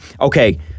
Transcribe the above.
okay